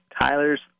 Tyler's